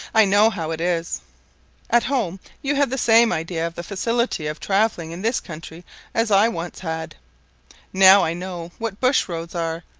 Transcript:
i know how it is at home you have the same idea of the facility of travelling in this country as i once had now i know what bush-roads are,